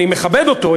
אני מכבד אותו.